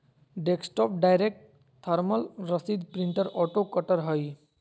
desktop direct thermal रसीद printer auto cutter हइ